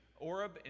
Oreb